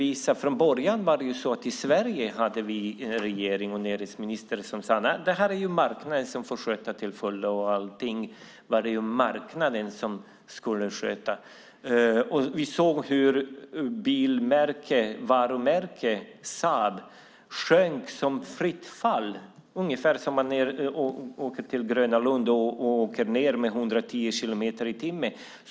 Redan från början hade vi i Sverige en regering och en näringsminister som sade att det är marknaden som till fullo får sköta detta. Marknaden skulle sköta om allting. Vi kunde se hur varumärket Saab råkade i fritt fall; det var ungefär som att åka ned i 110 kilometer i timmen på Gröna Lund.